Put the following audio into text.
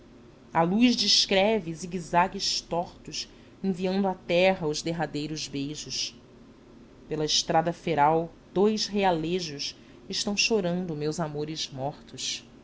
a luz descreve siguezagues tortos enviando à terra os derradeiros beijos pela estrada feral dois realejos estão chorando meus amores mortos